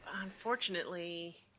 unfortunately